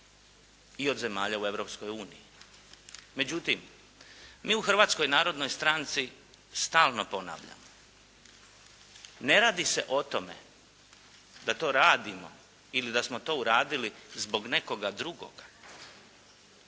i od zemalja u Europskoj uniji. Međutim, mi u Hrvatskoj narodnoj stranci stalno ponavljamo. Ne radi se o tome da to radimo ili da smo to uradili zbog nekoga drugoga,